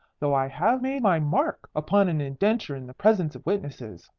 though i have made my mark upon an indenture in the presence of witnesses.